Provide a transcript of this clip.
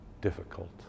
difficult